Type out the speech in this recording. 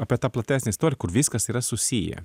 apie tą platesnę istoriją kur viskas yra susiję